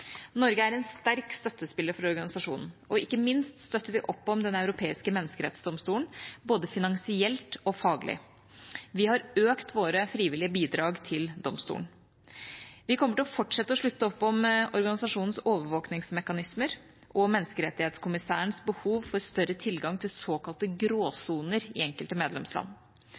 Norge er en sterk støttespiller for organisasjonen, og ikke minst støtter vi opp om Den europeiske menneskerettsdomstolen, både finansielt og faglig. Vi har økt våre frivillige bidrag til domstolen. Vi kommer til å fortsette å slutte opp om organisasjonens overvåkingsmekanismer og menneskerettighetskommissærens behov for større tilgang til såkalte gråsoner i enkelte medlemsland.